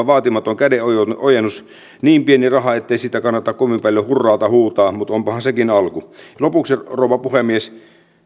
vaatimaton kädenojennus niin pieni raha ettei siitä kannata kovin paljoa hurraata huutaa mutta onpahan sekin alku lopuksi rouva puhemies